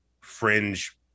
fringe